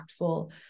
impactful